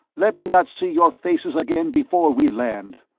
let me not see your faces again before we land!